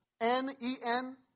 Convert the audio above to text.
N-E-N